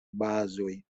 bazoj